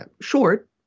short